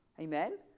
Amen